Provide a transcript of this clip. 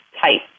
tight